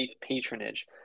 patronage